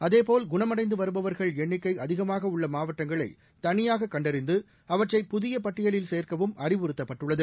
அதேபோல் குணமடைந்துவருபவர்கள் எண்ணிக்கைஅதிகமாகஉள்ளமாவட்டங்களைதனியாககண்டறிந்துஅவற்றை புதியபட்டியலில் சேர்க்கவும் அறிவுறுத்தப்பட்டுள்ளது